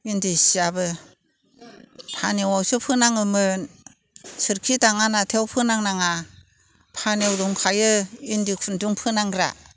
इन्दि सियाबो फानेआवसो फोनाङोमोन सोरखि दाङा नाथायाव फोनां नाङा फानेव दंखायो इन्दि खुन्दुं फोनांग्रा